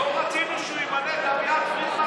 ועכשיו אתה מדבר אליו ככה?